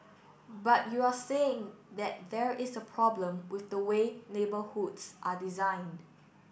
but you're saying that there is a problem with the way neighbourhoods are designed